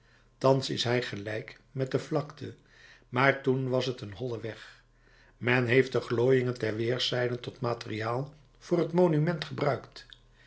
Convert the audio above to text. thans is hij gelijk met de vlakte maar toen was t een holle weg men heeft de glooiingen ter weerszijden tot materieel voor het monument gebruikt